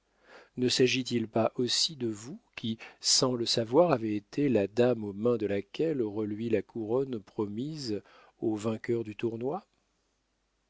ne s'agit-il pas aussi de vous qui sans le savoir avez été la dame aux mains de laquelle reluit la couronne promise aux vainqueurs du tournoi